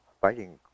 fighting